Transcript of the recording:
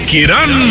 Kiran